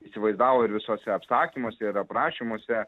įsivaizdavo ir visuose apsakymuose ir aprašymuose